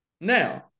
Now